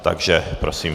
Takže prosím.